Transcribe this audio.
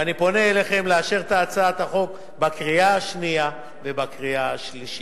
ואני פונה אליכם לאשר את הצעת החוק בקריאה השנייה ובקריאה השלישית.